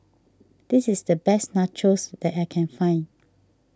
this is the best Nachos that I can find